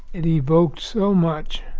and evokes so much